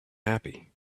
happy